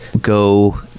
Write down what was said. go